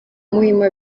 muhima